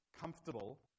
comfortable